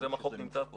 יוזם החוק נמצא פה.